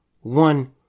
one